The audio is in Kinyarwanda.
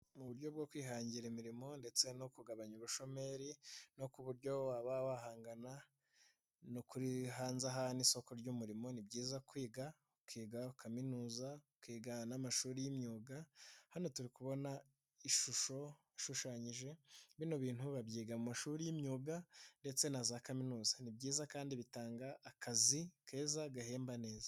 Mu buryo bwo kwihangira imirimo ndetse no kugabanya ubushomeri no ku buryo waba wahangana no kuri hanze aha n'isoko ry'umurimo, ni byiza kwiga ukiga ukiga ukaminuza, ukiga n'amashuri y'imyuga, hano turi kubona ishusho ishushanyije bino bintu babyiga mu mashuri y'imyuga ndetse na za Kaminuza; ni byiza kandi bitanga akazi keza gahemba neza.